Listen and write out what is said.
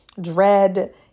dread